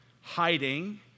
hiding